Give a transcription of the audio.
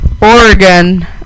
Oregon